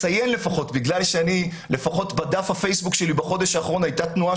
בגלל שבדף הפייסבוק שלי בחודש האחרון הייתה תנועה